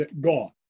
gone